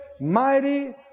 mighty